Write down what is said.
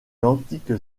l’antique